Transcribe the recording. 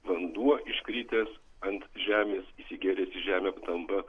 vanduo iškritęs ant žemės įsigėręs į žemę tampa